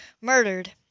Murdered